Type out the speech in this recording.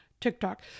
TikTok